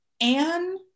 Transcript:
Anne